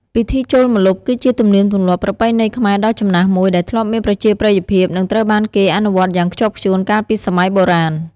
ពិធីចូលម្លប់ គឺជាទំនៀមទម្លាប់ប្រពៃណីខ្មែរដ៏ចំណាស់មួយ ដែលធ្លាប់មានប្រជាប្រិយភាព និងត្រូវបានគេអនុវត្តយ៉ាងខ្ជាប់ខ្ជួនកាលពីសម័យបុរាណ។